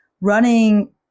running